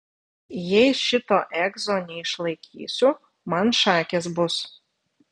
jei šito egzo neišlaikysiu man šakės bus